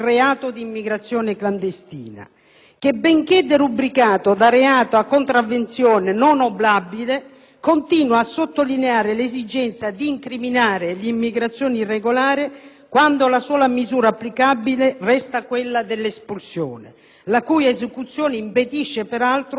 che - benché derubricato da reato a contravvenzione non oblabile - continua a sottolineare l'esigenza di incriminare l'immigrazione irregolare, quando la sola misura applicabile resta quella dell'espulsione, la cui esecuzione impedisce peraltro la prosecuzione dell'azione penale.